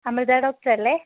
അമൃത ഡോക്ടറല്ലേ